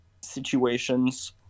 situations